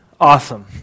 awesome